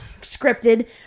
scripted